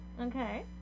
Okay